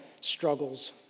struggles